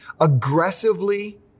aggressively